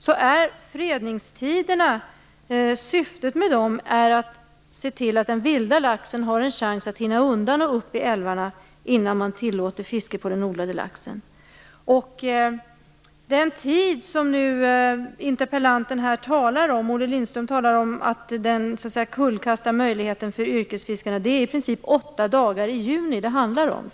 Syftet med fredningstiderna är att se till att den vilda laxen har en chans att hinna undan och upp i älvarna innan man tillåter fiske på den odlade laxen. Olle Lindström talar om att tidsbestämmelserna kullkastar möjligheterna för yrkesfiskarna. Det är i princip åtta dagar i juni det handlar om.